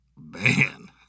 Man